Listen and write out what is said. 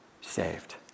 saved